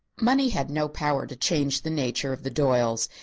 money had no power to change the nature of the doyles.